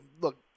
Look